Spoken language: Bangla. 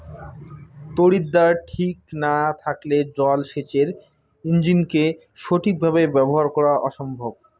তড়িৎদ্বার ঠিক না থাকলে জল সেচের ইণ্জিনকে সঠিক ভাবে ব্যবহার করা অসম্ভব